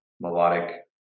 melodic